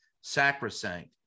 sacrosanct